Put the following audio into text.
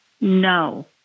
No